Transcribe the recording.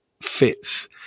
fits